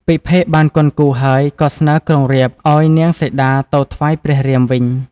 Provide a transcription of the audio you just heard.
ពិភេកបានគន់គូរហើយ ក៏ស្នើក្រុងរាពណ៍ ឱ្យនាងសីតាទៅថ្វាយព្រះរាមវិញ។